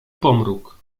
pomruk